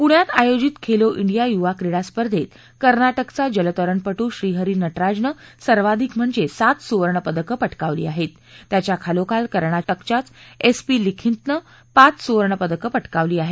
पुण्यात आयोजित खेलो इंडिया युवा क्रीडा स्पर्धेत कर्नाटकच्या जलतरण श्रीहरी नटराजनं सर्वाधिक म्हणजे सात सुवर्णपदकं पटकावली आहेत त्याच्याखालोखाल कर्नाटकाच्याचं एस पी लिखीतनं पाच सुवर्णपदकं पटकावली आहेत